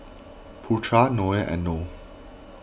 Putra Noah and Noh